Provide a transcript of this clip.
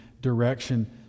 direction